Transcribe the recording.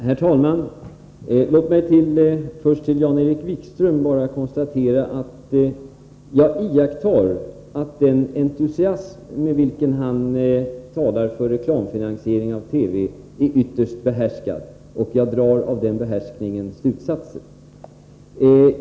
Herr talman! Låt mig först bara konstatera, att den entusiasm med vilken Jan-Erik Wikström talar för reklamfinansiering av TV är ytterst behärskad, och av den behärskningen drar jag slutsatser.